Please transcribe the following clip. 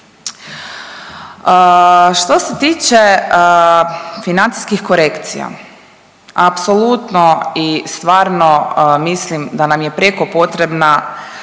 Što se tiče financijskih korekcija, apsolutno i stvarno mislim da nam je prijeko potrebna